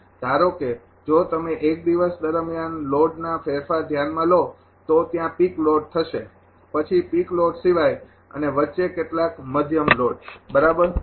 ધારો કે જો તમે એક દિવસ દરમ્યાન લોડના ફેરફારને ધ્યાનમાં લો તો ત્યાં પીક લોડ થશે પછી પીક લોડ સિવાય અને વચ્ચે કેટલાક મધ્યમ લોડ બરાબર